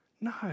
No